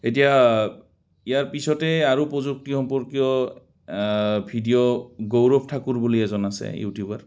এতিয়া ইয়াৰ পিছতেই আৰু প্ৰযুক্তি সম্পৰ্কীয় ভিডিঅ' গৌৰৱ ঠাকুৰ বুলি এজন আছে ইউটিউবাৰ